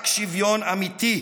רק שוויון אמיתי,